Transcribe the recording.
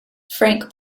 frank